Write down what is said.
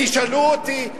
תשאלו אותי,